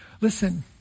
Listen